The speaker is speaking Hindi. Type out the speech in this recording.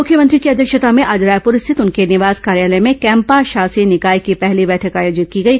मुख्यमंत्री की अध्यक्षता में आज रायपुर स्थित उनके निवास कार्यालय में कैम्पा शासी निकाय की पहली बैठक आयोजित की गई